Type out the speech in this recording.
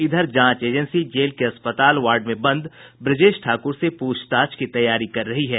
इधर जांच agency jail के अस्पताल वार्ड में बंद ब्रजेश ठाकुर से प्रछताछ की तैयारी कर रही है